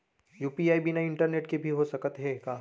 UPI बिना internet के भी हो सकत हे का?